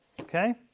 Okay